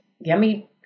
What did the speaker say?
yummy